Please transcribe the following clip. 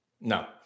no